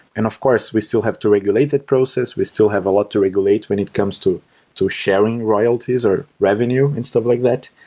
and of course, we still have to regulate that process, we still have a lot to regulate when it comes to to sharing royalties, or revenue and stuff like that.